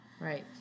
Right